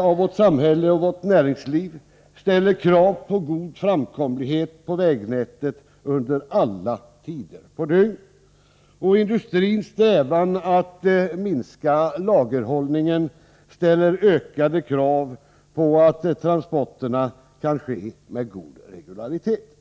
av vårt samhälle och vårt näringsliv ställer krav på god framkomlighet på vägnätet under alla tider på dygnet. Industrins strävan att minska lagerhållningen kräver att transporterna kan ske med god regularitet.